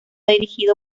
dirigido